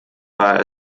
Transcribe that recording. war